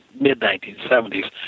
mid-1970s